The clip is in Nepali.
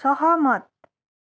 सहमत